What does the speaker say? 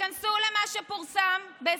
תיכנסו למה שפורסם ב2021,